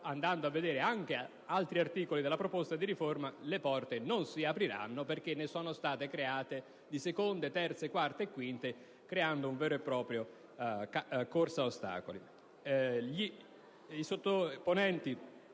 andando a vedere anche altri articoli della proposta di riforma, le porte non si apriranno perché ne sono state create di seconde, terze, quarte quinte, realizzando una vera e propria corsa ad ostacoli.